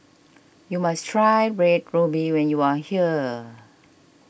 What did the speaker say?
you must try Red Ruby when you are here